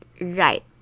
right